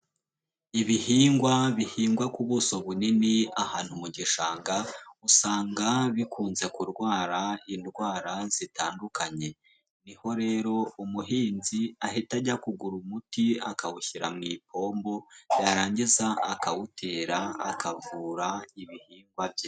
Ibihingwa bihingwa ku buso bunini ahantu mu gishanga usanga bikunze kurwara indwara zitandukanye, ni ho rero umuhinzi ahita ajya kugura umuti akawushyira mu ipombo yarangiza akawutera akavura ibihingwa bye.